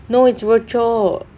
no is rochor